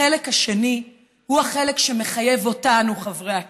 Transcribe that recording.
החלק השני הוא החלק שמחייב אותנו, חברי הכנסת.